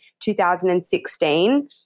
2016